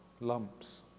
lumps